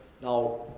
Now